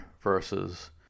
versus